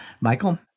Michael